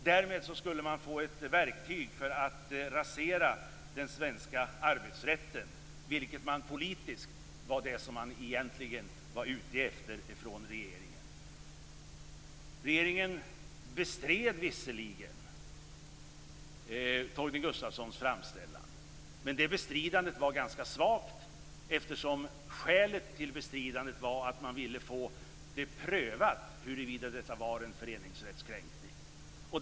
Därmed skulle man få ett verktyg för att rasera den svenska arbetsrätten, vilket man politiskt egentligen var ute efter från regeringen. Regeringen bestred visserligen Torgny Gustafssons framställan, men det bestridandet var ganska svagt, eftersom skälet till bestridandet var att man ville få prövat huruvida detta var en föreningsrättskränkning.